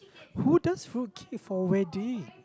who does fruit cake for a wedding